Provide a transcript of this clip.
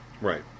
Right